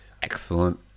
Excellent